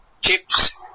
chips